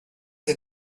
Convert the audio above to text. did